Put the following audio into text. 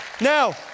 Now